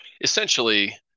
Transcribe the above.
essentially